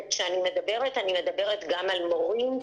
ואני מדברת גם על מורים,